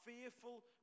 fearful